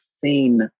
scene